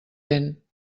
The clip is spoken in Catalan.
vent